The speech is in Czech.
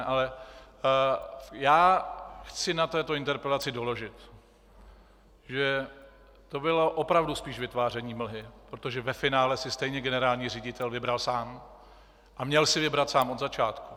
Ale já chci na této interpelaci doložit, že to bylo opravdu spíš vytváření mlhy, protože ve finále si stejně generální ředitel vybral sám, a měl si vybrat sám od začátku.